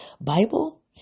Bible